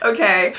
Okay